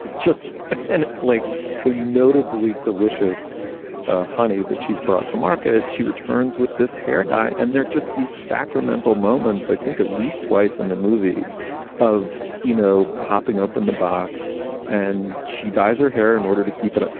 like just and like a notably delicious ah honey that she's brought to market. she returns with this hair dye and they're just these sacramental moments. i think at least twice in the movie of, you know, popping open the box and dies her here in order to keep it. ah